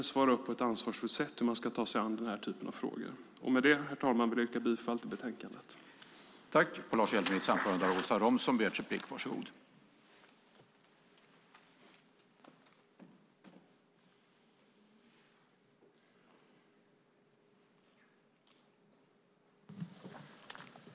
Vi ser på ett ansvarsfullt sätt på hur man ska ta sig an denna typ av frågor. Med detta, herr talman, yrkar jag bifall till utskottets förslag i betänkandet.